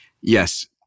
Yes